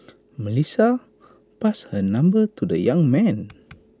Melissa passed her number to the young man